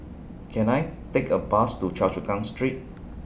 Can I Take A Bus to Choa Chu Kang Street